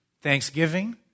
Thanksgiving